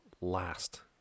last